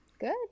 Good